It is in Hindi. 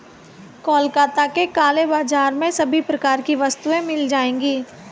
कोलकाता के काला बाजार में सभी प्रकार की वस्तुएं मिल जाएगी